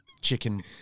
Chicken